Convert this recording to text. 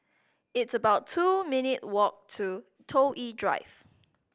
it's about two minute walk to Toh Yi Drive